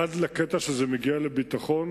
עד לקטע שזה מגיע לביטחון.